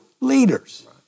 leaders